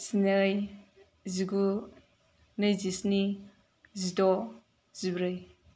जिनै जिगु नैजि स्नि जिद' जिब्रै